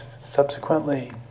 subsequently